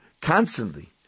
constantly